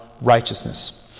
Righteousness